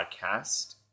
podcast